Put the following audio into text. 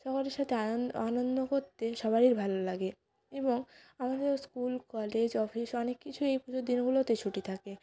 সকলের সাথে আনন্দ আনন্দ করতে সবারই ভালো লাগে এবং আমাদের স্কুল কলেজ অফিস অনেক কিছুই এই পুজোর দিনগুলোতে ছুটি থাকে